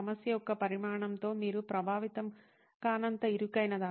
సమస్య యొక్క పరిమాణంతో మీరు ప్రభావితం కానంత ఇరుకైనదా